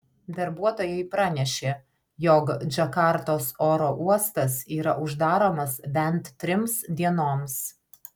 darbuotojai pranešė jog džakartos oro uostas yra uždaromas bent trims dienoms